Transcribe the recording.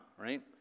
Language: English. right